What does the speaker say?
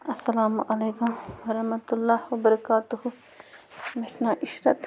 اَلسلامُ علیکُم وَرحمتہ اللہ وَبَرَکاتہوٗ مےٚ چھِ ناو عشرَت